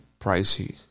pricey